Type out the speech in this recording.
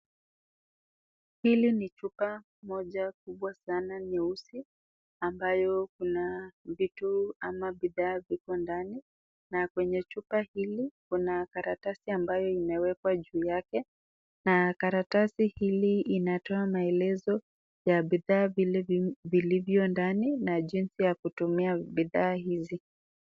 Hili ni chupa moja kubwa sana nyeusi, ambayo kuna vitu ama bidhaa viko ndani. Na kwenye chupa hili, kuna karatasi ambayo imewekwa juu yake, na karatasi hili inatoa maelezo ya bidhaa vile vilivyo ndani, na jinsi ya kutumia bidhaa hizi.